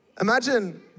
Imagine